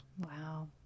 Wow